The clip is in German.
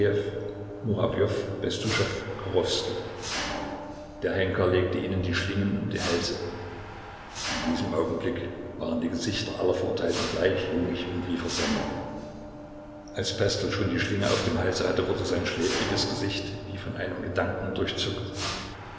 der henker legte ihnen die schlingen um die hälse in diesem augenblick waren die gesichter aller verurteilten gleich ruhig und wie versonnen als pestel schon die schlinge auf dem halse hatte wurde sein schläfriges gesicht wie von einem gedanken durchzuckt